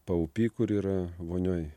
paupy kur yra vonioj